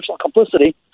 complicity